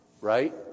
Right